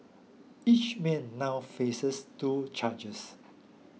each man now faces two charges